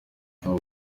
abo